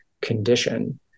condition